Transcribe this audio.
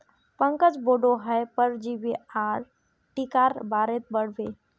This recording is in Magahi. पंकज बोडो हय परजीवी आर टीकार बारेत पढ़ बे